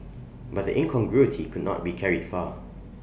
but the incongruity could not be carried far